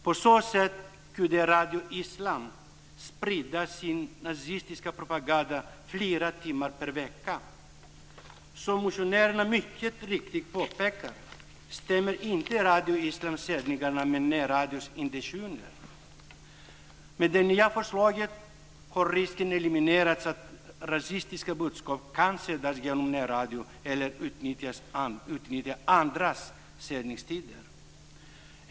På så sätt har Radio Islam kunnat sprida sin nazistiska propaganda under flera timmar per vecka. Som motionärerna mycket riktigt påpekar överensstämmer inte Radio Islams sändningar med närradions intentioner. Med det nya förslaget har risken eliminerats att rasistiska budskap kan sändas genom närradion eller utnyttjas på andras sändningstider.